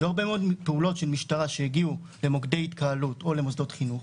היו הרבה מאוד פעולות של משטרה שהגיעו למוקדי התקהלות או למוסדות חינוך,